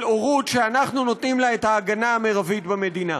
של הורות שאנחנו נותנים לה את ההגנה המרבית במדינה.